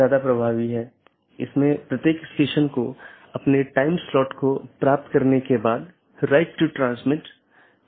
जबकि जो स्थानीय ट्रैफिक नहीं है पारगमन ट्रैफिक है